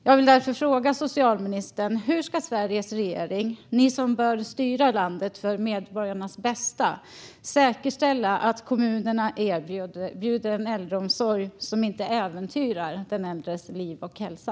Hur ska Sveriges regering, socialministern, ni som bör styra landet för medborgarnas bästa, säkerställa att kommunerna erbjuder en äldreomsorg som inte äventyrar den äldres liv och hälsa?